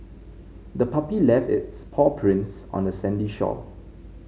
the puppy left its paw prints on the sandy shore